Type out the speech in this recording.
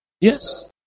Yes